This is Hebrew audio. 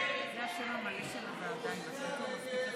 ההצעה להעביר את